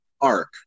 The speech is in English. arc